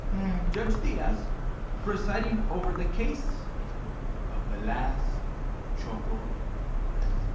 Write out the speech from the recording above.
judge diaz presiding over the case of the last chock-o crisp.